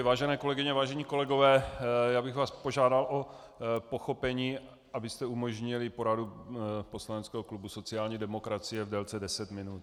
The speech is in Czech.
Vážené kolegyně, vážení kolegové, já bych vás požádal o pochopení, abyste umožnili poradu poslaneckého klubu sociální demokracie v délce deset minut.